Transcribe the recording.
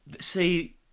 See